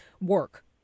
work